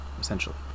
essentially